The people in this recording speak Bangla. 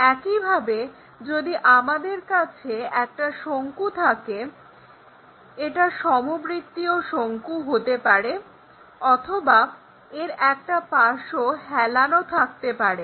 একইভাবে যদি আমাদের কাছে একটা শঙ্কু থাকে এটা সমবৃত্তীয় শঙ্কু হতে পারে অথবা এর একটা পার্শ্ব হেলানো থাকতে পারে